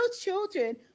children